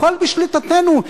הכול בשליטתנו,